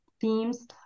themes